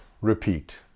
repeat